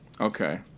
Okay